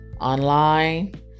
online